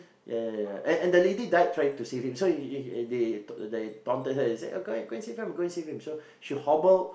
ya ya ya ya and and the lady died trying to save him so in the end told so she hobble